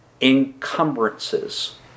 encumbrances